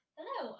Hello